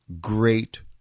great